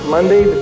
Monday